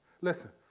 Listen